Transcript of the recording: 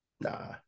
Nah